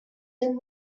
been